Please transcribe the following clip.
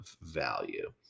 value